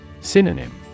Synonym